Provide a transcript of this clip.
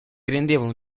rendevano